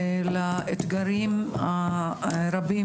לאתגרים הרבים